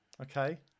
Okay